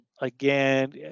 Again